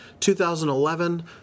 2011